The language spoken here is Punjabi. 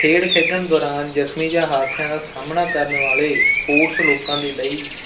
ਖੇਡ ਖੇਡਣ ਦੌਰਾਨ ਜ਼ਖਮੀ ਜਾਂ ਹਾਦਸਿਆਂ ਦਾ ਸਾਹਮਣਾ ਕਰਨ ਵਾਲੇ ਸਪੋਸਟਸ ਲੋਕਾਂ ਦੇ ਲਈ